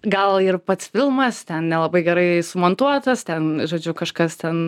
gal ir pats filmas ten nelabai gerai sumontuotas ten žodžiu kažkas ten